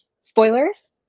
Spoilers